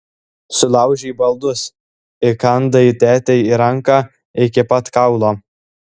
sulaužei baldus įkandai tėtei į ranką iki pat kaulo